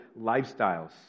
lifestyles